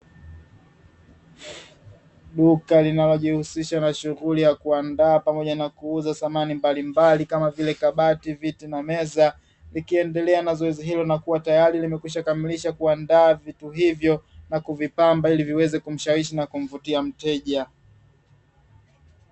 Duka linalojihusisha na shughuli ya kuandaa pamoja na kuuza samani mbalimbali kama vile: kabati, viti na meza, likiendelea na zoezi hilo na kuwa tayari limekwisha kamilisha kuandaa vitu hivyo na kuvipamba ili viweze kumshawishi na kumvutia mteja